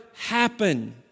happen